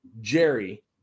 Jerry